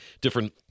different